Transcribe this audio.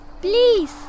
Please